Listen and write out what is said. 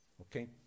Okay